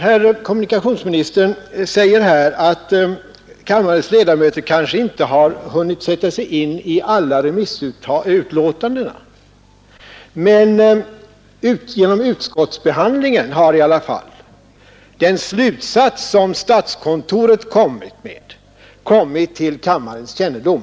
Herr kommunikationsministern säger att kammarens ledamöter kanske inte har hunnit sätta sig in i alla remissutlåtanden. Men genom utskottsbehandlingen har i alla fall den slutsats som statskontoret dragit kommit till kammarens kännedom.